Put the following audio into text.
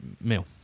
meal